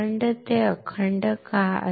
ते अखंड का असेल